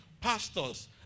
pastors